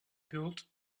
built